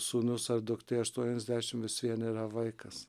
sūnus ar duktė aštuoniasdešim vis vien yra vaikas